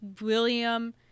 William